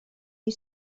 you